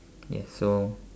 ya so